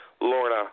Lorna